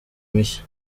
mishya